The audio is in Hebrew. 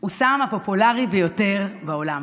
הוא הסם הפופולרי ביותר בעולם.